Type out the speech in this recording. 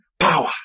Power